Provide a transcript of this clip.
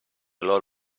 lot